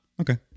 Okay